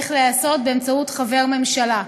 צריך להיעשות באמצעות חבר ממשלה.